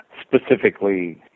specifically